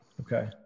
Okay